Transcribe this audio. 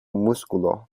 músculo